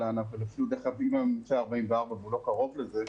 אבל אפילו אם הממוצע 44 והוא לא קרוב לזה,